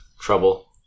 trouble